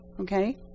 Okay